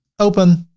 open.